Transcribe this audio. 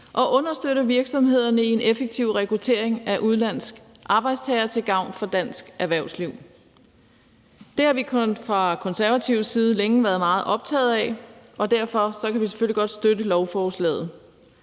og understøtte virksomhederne i en effektiv rekruttering af udenlandske arbejdstagere til gavn for dansk erhvervsliv. Det har vi fra Konservatives side længe været meget optaget af, og derfor kan vi selvfølgelig godt støtte lovforslaget.